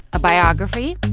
a biography,